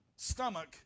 Stomach